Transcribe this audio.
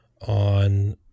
on